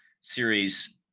series